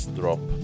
drop